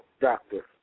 doctor